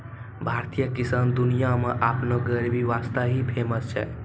भारतीय किसान दुनिया मॅ आपनो गरीबी वास्तॅ ही फेमस छै